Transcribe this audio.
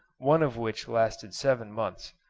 one of which lasted seven months,